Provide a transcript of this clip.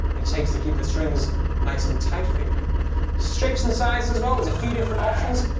it takes to keep the strings nice and tight for you shapes and sizes as well as a few different options.